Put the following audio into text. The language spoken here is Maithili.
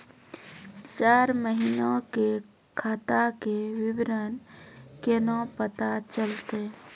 चार महिना के खाता के विवरण केना पता चलतै?